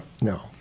no